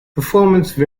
performance